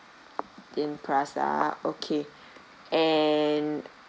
thin crust ah okay and